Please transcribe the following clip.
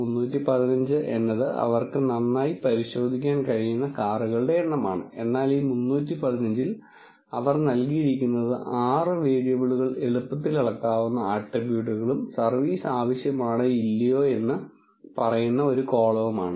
315 എന്നത് അവർക്ക് നന്നായി പരിശോധിക്കാൻ കഴിയുന്ന കാറുകളുടെ എണ്ണമാണ് എന്നാൽ ഈ 315 ൽ അവർ നൽകിയിരിക്കുന്നത് 6 വേരിയബിളുകൾ എളുപ്പത്തിൽ അളക്കാവുന്ന ആട്രിബ്യൂട്ടുകളും സർവീസ് ആവശ്യമാണോ ഇല്ലയോ എന്ന് പറയുന്ന ഒരു കോളവുമാണ്